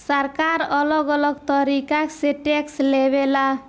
सरकार अलग अलग तरीका से टैक्स लेवे ला